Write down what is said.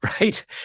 right